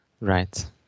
Right